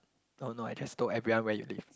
oh no I just told everyone where you live